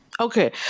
Okay